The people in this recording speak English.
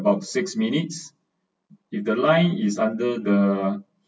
about six minutes if the line is under the